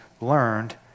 learned